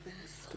שלום.